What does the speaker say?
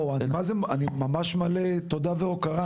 אני ממש מלא תודה והוקרה,